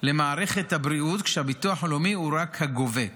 למערכת הבריאות והביטוח הלאומי הוא רק הגובה.